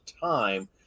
time